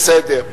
בסדר,